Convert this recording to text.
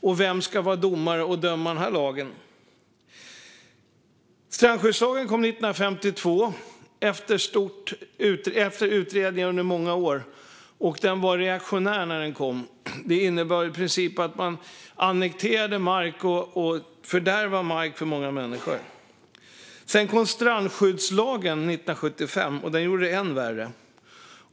Och vem ska vara domare och döma utifrån den här lagen? Strandskyddslagen kom 1952, efter utredningar under många år, och den var reaktionär när den kom. Den innebar i princip att man annekterade och fördärvade mark för många människor. Sedan kom strandskyddslagen 1975, och den gjorde det än värre.